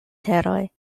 teroj